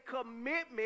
commitment